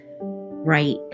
right